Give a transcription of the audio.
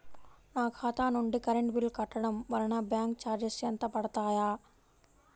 నా ఖాతా నుండి కరెంట్ బిల్ కట్టడం వలన బ్యాంకు చార్జెస్ ఎంత పడతాయా?